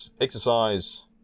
Exercise